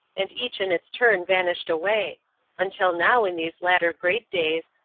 and each in its turn vanished away until now in these latter great days,